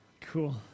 Cool